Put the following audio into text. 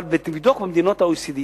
אבל תבדוק במדינות ה-OECD,